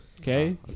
okay